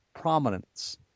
prominence